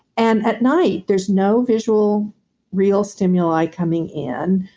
and at night, there's no visual real stimuli coming in,